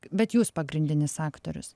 bet jūs pagrindinis aktorius